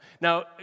Now